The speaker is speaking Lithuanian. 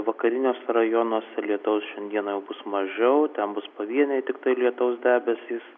vakariniuose rajonuose lietaus dieną jau bus mažiau ten bus pavieniai tiktai lietaus debesys